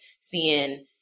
seeing